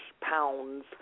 pounds